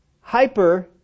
hyper